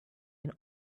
and